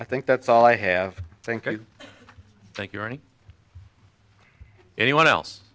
i think that's all i have think i think you're any anyone else